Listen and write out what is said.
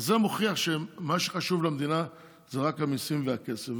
זה מוכיח שמה שחשוב למדינה זה רק המיסים והכסף.